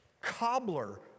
cobbler